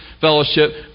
fellowship